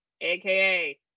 aka